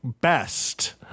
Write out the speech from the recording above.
best